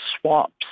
swaps